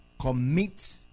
commit